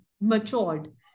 matured